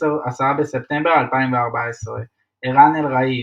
10 בספטמבר 2014 ערן אלראי,